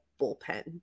bullpen